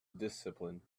discipline